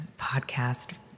podcast